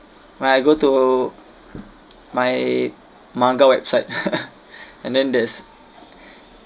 when I go to my manga website and then there's